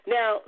Now